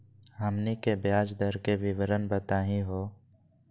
हमनी के ब्याज दर के विवरण बताही हो?